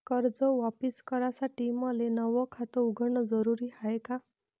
कर्ज वापिस करासाठी मले नव खात उघडन जरुरी हाय का?